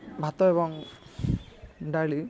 ଭାତ ଏବଂ ଡାଲି